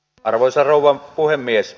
arvoisa rouva puhemies